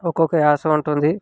ఒక్కొక్క యాస ఉంటుంది